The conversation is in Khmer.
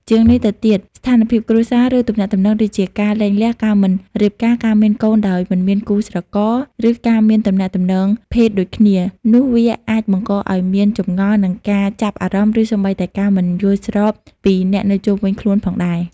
ជាងនេះទៅទៀតស្ថានភាពគ្រួសារ ឬទំនាក់ទំនងដូចជា ការលែងលះ ការមិនរៀបការ ការមានកូនដោយមិនមានគូស្រករ ឬការមានទំនាក់ទំនងភេទដូចគ្នា នោះវាអាចបង្កឱ្យមានចម្ងល់ និងការចាប់អារម្មណ៍ ឬសូម្បីតែការមិនយល់ស្របពីអ្នកនៅជុំវិញខ្លួនផងដែរ។